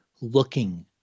looking